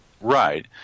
Right